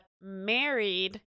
married